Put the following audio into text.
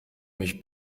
mich